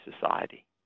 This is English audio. Society